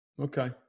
Okay